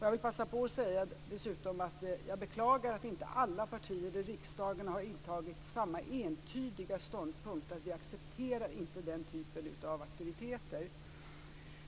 Jag vill dessutom passa på att säga att jag beklagar att inte alla partier i riksdagen har intagit samma entydiga ståndpunkt; att vi inte accepterar denna typ av aktiviteter.